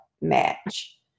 match